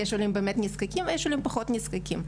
יש עולים באמת נזקקים ויש עולים פחות נזקקים,